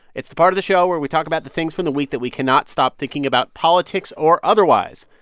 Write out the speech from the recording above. it's the part of the show where we talk about the things from the week that we cannot stop thinking about politics or otherwise.